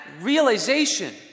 realization